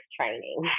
Training